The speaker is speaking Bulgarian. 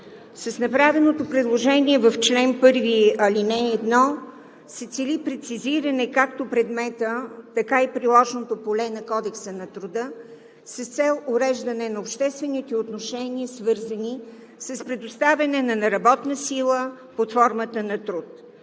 С направеното предложение в чл. 1, ал. 1 се цели прецизиране както на предмета, така и приложното поле на Кодекса на труда с цел уреждане на обществените отношения, свързани с предоставяне на работна сила под формата на труд,